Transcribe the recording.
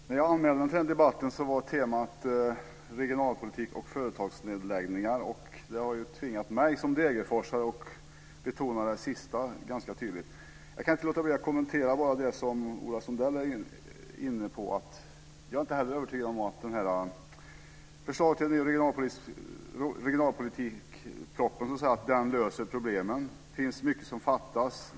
Herr talman! När jag anmälde mig till debatten var temat regionalpolitik och företagsnedläggningar. Det tvingar mig som degerforsare att betona det sista ganska tydligt. Jag kan inte låta bli att kommentera det som Ola Sundell var inne på. Jag är inte heller övertygad om att propositionen med förslag till ny regionalpolitik löser problemen. Det finns mycket som fattas.